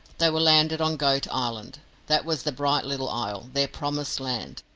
they were landed on goat island that was the bright little isle their promised land.